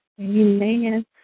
Amen